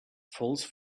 false